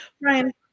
Brian